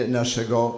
naszego